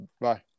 Bye